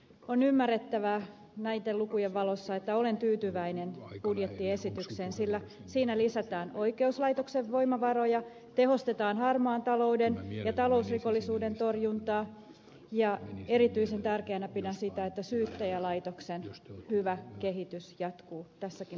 on ymmärrettävää näitten lukujen valossa että olen tyytyväinen budjettiesitykseen sillä siinä lisätään oikeuslaitoksen voimavaroja tehostetaan harmaan talouden ja talousrikollisuuden torjuntaa ja erityisen tärkeänä pidän sitä että syyttäjälaitoksen hyvä kehitys jatkuu tässäkin budjetissa